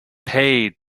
paid